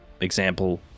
Example